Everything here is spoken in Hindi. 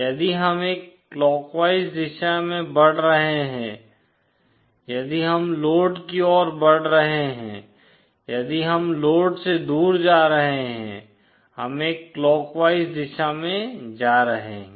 यदि हम एक क्लॉकवाइज दिशा में बढ़ रहे हैं यदि हम लोड की ओर बढ़ रहे हैं यदि हम लोड से दूर जा रहे हैं हम एक क्लॉकवाइज दिशा में जा रहे हैं